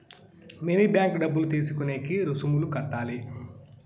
mini bank డబ్బులు తీసుకునేకి రుసుములు కట్టాలి